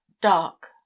dark